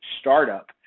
startup